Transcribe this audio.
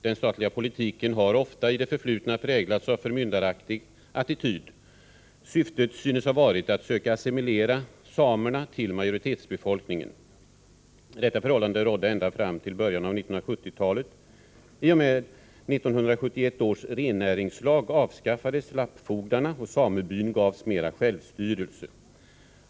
Den statliga politiken har ofta i det förflutna präglats av en förmyndaraktig attityd. Syftet synes ha varit att söka assimilera samerna till majoritetsbefolkningen. Detta förhållande rådde ända fram till början av 1970-talet. I och med 1971 års rennäringslag avskaffades lappfogdarna, och samebyn gavs mera självstyrelse.